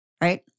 Right